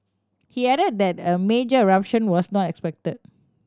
he added that a major eruption was not expected